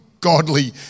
Godly